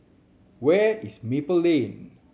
where is Maple Lane